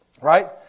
right